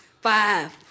Five